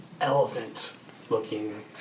elephant-looking